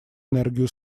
энергию